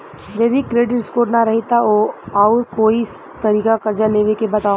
जदि credit score ना रही त आऊर कोई तरीका कर्जा लेवे के बताव?